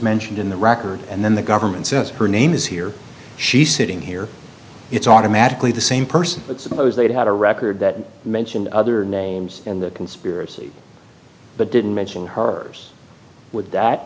mentioned in the record and then the government says her name is here she's sitting here it's automatically the same person but suppose they had a record that mentioned other names in the conspiracy but didn't mention her